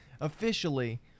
officially